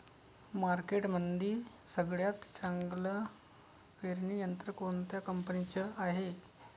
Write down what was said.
मार्केटमंदी सगळ्यात चांगलं पेरणी यंत्र कोनत्या कंपनीचं हाये?